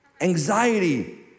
Anxiety